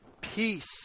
peace